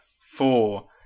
four